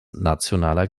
nationaler